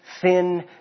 thin